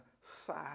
sad